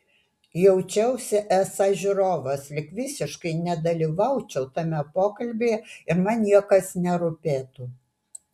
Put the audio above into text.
jaučiausi esąs žiūrovas lyg visiškai nedalyvaučiau tame pokalbyje ir man niekas nerūpėtų